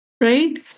right